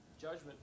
Judgment